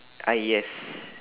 ah yes